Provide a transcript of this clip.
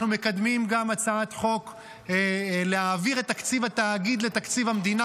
אנחנו מקדמים גם הצעת חוק להעביר את תקציב התאגיד לתקציב המדינה,